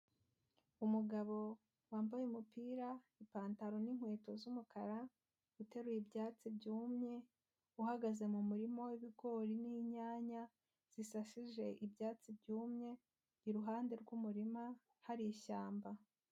Umugabo wambaye umupira, ipantaro n'inkweto z'umukara, uteruye ibyatsi byumye, uhagaze mu murima w'ibigori n'inyanya zisasije ibyatsi byumye, iruhande rw'umurima hari ishyamba.